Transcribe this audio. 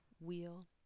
wheel